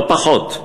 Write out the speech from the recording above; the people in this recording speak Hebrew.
לא פחות.